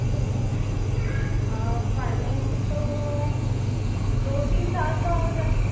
finance तो दो तीन साल का हो जाए